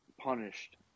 punished